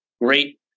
great